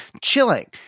chilling